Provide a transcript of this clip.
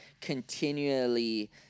continually